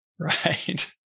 Right